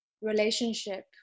relationship